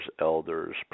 elders